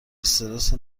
استرس